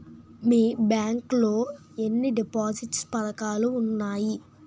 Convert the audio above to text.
మీ bank లో ఎన్ని deposit పథకాలు ఉన్నాయి?